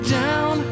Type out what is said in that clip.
down